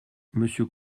monsieur